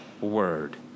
word